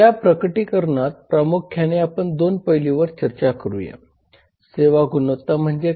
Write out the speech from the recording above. या प्रकटीकरणात प्रामुख्याने आपण 2 पैलूंवर चर्चा करूया सेवा गुणवत्ता म्हणजे काय